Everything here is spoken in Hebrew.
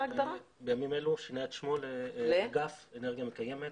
בימים אלו שינה את שמו לאגף אנרגיה מקיימת.